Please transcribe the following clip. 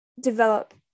develop